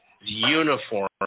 uniform